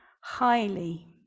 highly